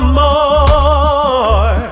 more